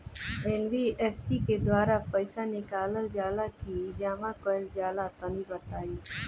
NBFC के द्वारा पईसा निकालल जला की जमा कइल जला तनि बताई?